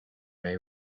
may